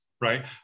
Right